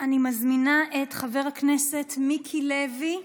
אני מזמינה את חבר הכנסת מיקי לוי.